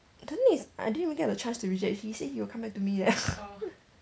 the thing is I didn't even get the chance to reject he say he will come back to me leh